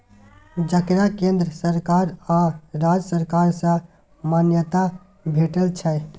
जकरा केंद्र सरकार आ राज्य सरकार सँ मान्यता भेटल छै